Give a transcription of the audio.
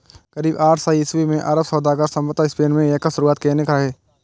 करीब आठ सय ईस्वी मे अरब सौदागर संभवतः स्पेन मे एकर शुरुआत केने रहै